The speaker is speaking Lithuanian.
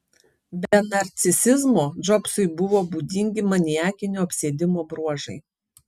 be narcisizmo džobsui buvo būdingi maniakinio apsėdimo bruožai